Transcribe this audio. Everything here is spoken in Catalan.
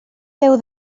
déu